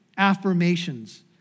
Affirmations